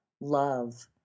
love